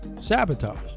sabotage